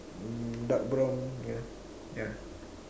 hmm dark brown yeah ya